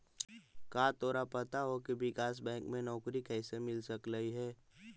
का तोरा पता हो की विकास बैंक में नौकरी कइसे मिल सकलई हे?